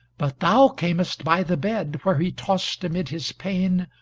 but thou camest by the bed, where he tossed amid his pain,